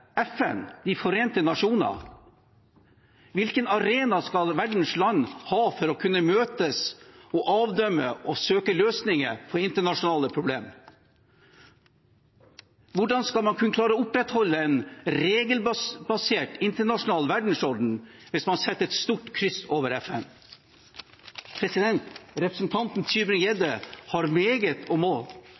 FN, De forente nasjoner? Hvilken arena skal verdens land ha for å kunne møtes og avdømme og søke løsninger på internasjonale problemer? Hvordan skal man kunne klare å opprettholde en regelbasert internasjonal verdensorden hvis man setter et stort kryss over FN? Representanten Tybring-Gjedde har meget